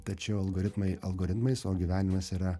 tačiau algoritmai algoritmais o gyvenimas yra